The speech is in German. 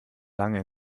lange